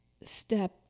step